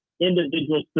individual